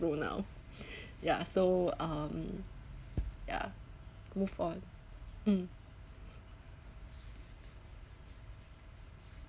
for now ya so um ya move on mm